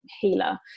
healer